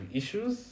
issues